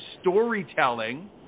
storytelling